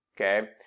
okay